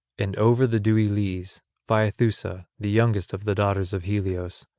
and over the dewy leas phaethusa, the youngest of the daughters of helios,